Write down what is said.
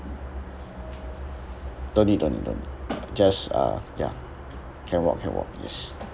don't need don't need don't need just uh ya can walk can walk yes